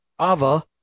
Ava